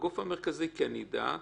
הגוף המרכזי כן ידע.